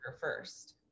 first